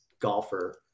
golfer